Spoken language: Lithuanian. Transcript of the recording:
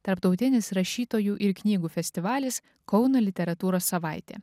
tarptautinis rašytojų ir knygų festivalis kauno literatūros savaitė